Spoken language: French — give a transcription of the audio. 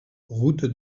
route